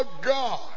God